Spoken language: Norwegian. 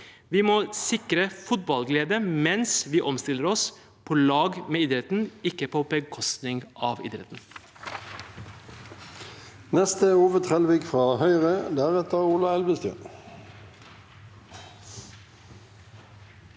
Vi må sikre fotballglede mens vi omstiller oss – på lag med idretten, ikke på bekostning av den.